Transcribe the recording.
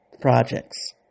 projects